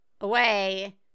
away